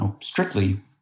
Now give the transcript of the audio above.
strictly